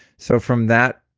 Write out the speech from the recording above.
so from that,